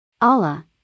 Allah